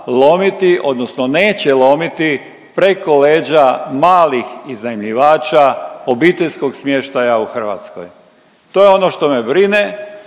odnosno neće lomiti preko leđa malih iznajmljivača, obiteljskog smještaja u Hrvatskoj. To je ono što me brine,